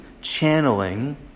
channeling